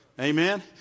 Amen